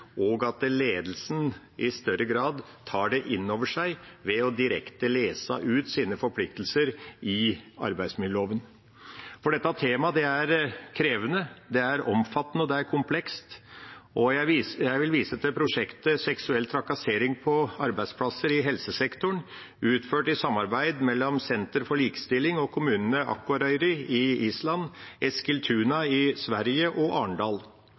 og at ledelsen i større grad tar det inn over seg ved direkte å lese om sine forpliktelser i arbeidsmiljøloven. For dette temaet er krevende, det er omfattende, og det er komplekst. Jeg vil vise til prosjektet «Seksuell trakassering på arbeidsplasser i helsesektoren», utført i samarbeid mellom Senter for likestilling og kommunene Akureyri på Island, Eskilstuna i Sverige og Arendal.